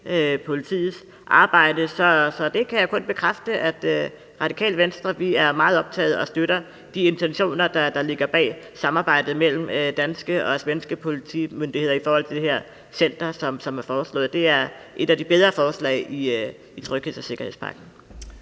politiets arbejde. Så jeg kan kun bekræfte, at vi i Radikale Venstre er meget optaget af det og støtter de intentioner, der ligger bag samarbejdet mellem danske og svenske politimyndigheder om det her center, som er foreslået. Det er et af de bedre forslag i trygheds- og sikkerhedspakken